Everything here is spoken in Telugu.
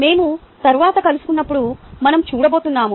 మేము తరువాత కలుసుకున్నప్పుడు మనం చూడబోతున్నాం